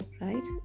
right